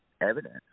evidence